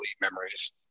memories